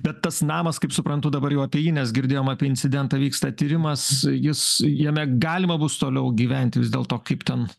bet tas namas kaip suprantu dabar jau apie jį nes girdėjom apie incidentą vyksta tyrimas jis jame galima bus toliau gyventi vis dėlto kaip ten